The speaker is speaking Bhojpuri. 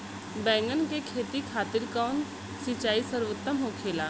बैगन के खेती खातिर कवन सिचाई सर्वोतम होखेला?